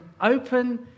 open